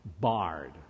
barred